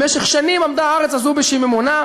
במשך שנים עמדה הארץ הזו בשיממונה.